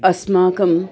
अस्माकं